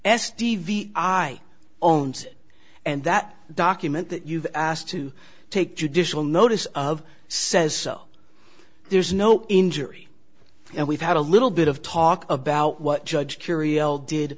v i owns it and that document that you've asked to take judicial notice of says there's no injury and we've had a little bit of talk about what judge curial did